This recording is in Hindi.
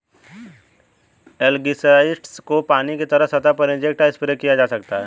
एलगीसाइड्स को पानी की सतह पर इंजेक्ट या स्प्रे किया जा सकता है